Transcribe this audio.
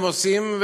הם עושים,